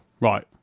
Right